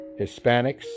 Hispanics